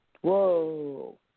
Whoa